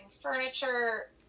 furniture